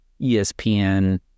ESPN